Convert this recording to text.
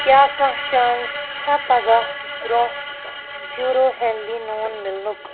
کیٛاہ کانٛہہ چانس چھا پگاہ برٛونٛہہ پیوٗرو ہٮ۪لدی نوٗن مِلنُک